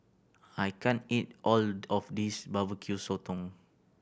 I can't eat all of this Barbecue Sotong